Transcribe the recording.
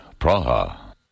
Praha